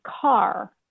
car